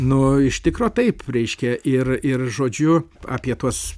nu iš tikro taip reiškia ir ir žodžiu apie tuos